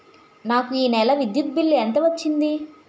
నాకు ఈ నెల విద్యుత్ బిల్లు ఎంత వచ్చింది?